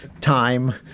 time